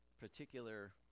particular